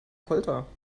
folter